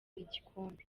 igikombe